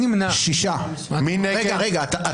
6 נגד,